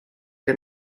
que